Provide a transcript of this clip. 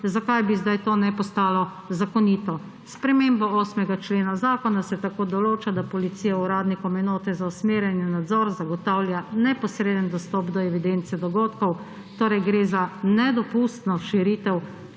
Zakaj bi zdaj to ne postalo zakonito? S spremembo 8. člena zakona se tako določa, da policija uradnikom enote za usmerjanje in nadzor zagotavlja neposreden dostop do evidence dogodkov. Gre torej za nedopustno širitev